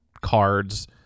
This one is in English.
cards